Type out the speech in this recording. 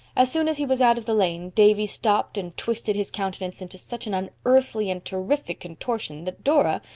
as soon as he was out of the lane davy stopped and twisted his countenance into such an unearthly and terrific contortion that dora,